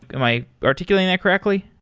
am i articulating that correctly?